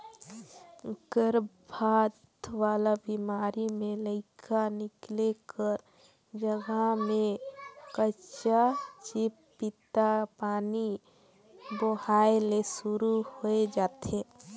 गरभपात वाला बेमारी में लइका निकले कर जघा में कंचा चिपपिता पानी बोहाए ले सुरु होय जाथे